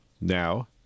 Now